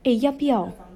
eh 要不要